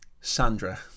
Sandra